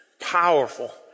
powerful